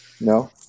No